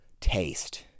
taste